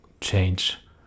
change